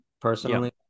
personally